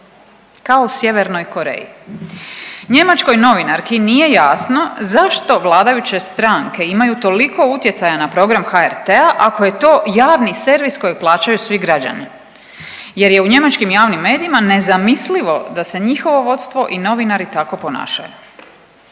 kao u Sjevernoj Koreji. Njemačkoj novinarki nije jasno zašto vladajuće stranke imaju toliko utjecaja na program HRT-a ako je to javni servis kojeg plaćaju svi građani jer je u njemačkim javnim medijima nezamislivo da se njihovo vodstvo i novinari tako ponašaju.